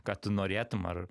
ką tu norėtum ar